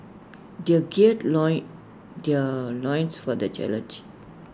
they gird loin their loins for the challenge